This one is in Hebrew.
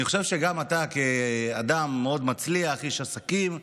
אני חושב שגם אתה, כאדם מאוד מצליח, איש עסקים,